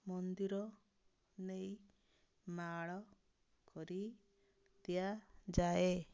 ମନ୍ଦିର ନେଇ ମାଳ କରି ଦିଆଯାଏ